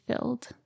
filled